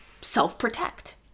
self-protect